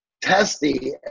testy